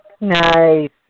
Nice